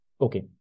Okay